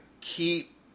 keep